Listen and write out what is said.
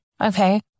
Okay